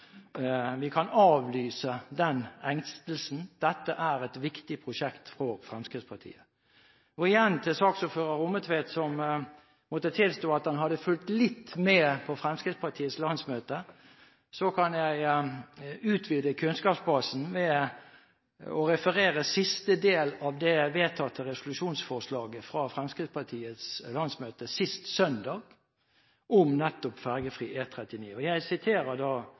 vi kan avlyse den engstelsen. Dette er et viktig prosjekt for Fremskrittspartiet. Til saksordfører Rommetveit, som måtte tilstå at han hadde fulgt litt med på Fremskrittspartiets landsmøte, kan jeg utvide kunnskapsbasen ved å referere siste del av det vedtatte resolusjonsforslaget fra Fremskrittspartiets landsmøte sist søndag om nettopp